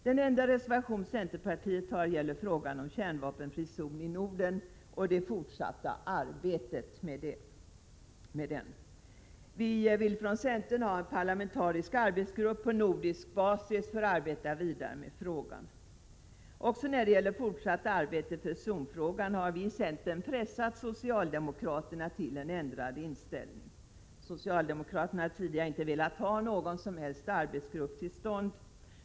Den enda reservation centerpartiet har gäller frågan om en kärnvapenfri zon i Norden och det fortsatta arbetet därmed. Vi vill från centern ha en parlamentarisk arbetsgrupp på nordisk basis för att arbeta vidare med frågan. Också när det gäller fortsatt arbete för zonfrågan har vi i centern pressat socialdemokraterna till en ändrad inställning. Socialdemokraterna har tidigare inte velat ha någon arbetsgrupp.